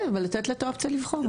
בסדר, אבל לתת לה את האופציה לבחור.